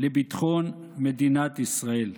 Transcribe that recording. לביטחון מדינת ישראל.